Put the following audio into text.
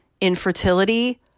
infertility